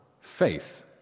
faith